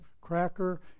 cracker